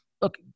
look